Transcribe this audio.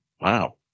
Wow